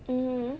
mmhmm